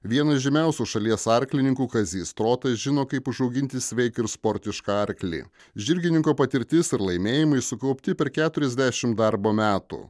vienas žymiausių šalies arklininkų kazys trotas žino kaip užauginti sveiką ir sportišką arklį žirgininko patirtis ir laimėjimai sukaupti per keturiasdešim darbo metų